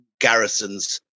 garrisons